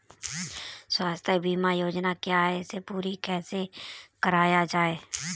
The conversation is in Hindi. स्वास्थ्य बीमा योजना क्या है इसे पूरी कैसे कराया जाए?